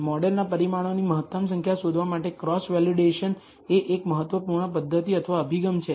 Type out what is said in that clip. તેથી મોડેલના પરિમાણોની મહત્તમ સંખ્યા શોધવા માટે ક્રોસ વેલિડેશન એ એક મહત્વપૂર્ણ પદ્ધતિ અથવા અભિગમ છે